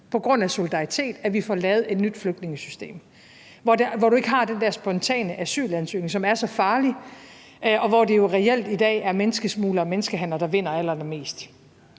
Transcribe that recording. på grund af solidaritet – at vi får lavet et nyt flygtningesystem, hvor du ikke har den der spontane asylansøgning, som er så farlig, og hvor det jo reelt i dag er menneskesmuglere og menneskehandlere, der vinder allerallermest.